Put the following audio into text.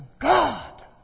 God